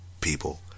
people